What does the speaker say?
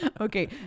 okay